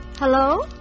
Hello